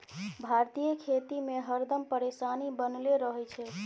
भारतीय खेती में हरदम परेशानी बनले रहे छै